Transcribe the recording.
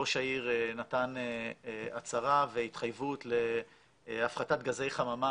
ראש העיר נתן הצהרה והתחייבות להפחתת גזי חממה